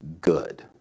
good